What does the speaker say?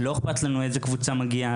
לא אכפת לנו איזה קבוצה מגיעה,